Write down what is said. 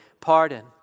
pardon